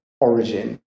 origin